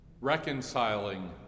reconciling